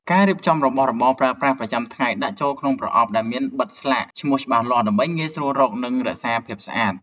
រៀបចំរបស់របរប្រើប្រាស់ប្រចាំថ្ងៃដាក់ចូលក្នុងប្រអប់ដែលបានបិទស្លាកឈ្មោះច្បាស់លាស់ ដើម្បីងាយស្រួលរក និងរក្សាភាពស្អាត។